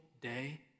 day